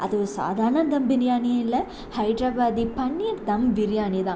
அதுவும் சாதாரண தம் பிரியாணி இல்லை ஹைதராபாதி பன்னீர் தம் பிரியாணி தான்